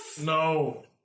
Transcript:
No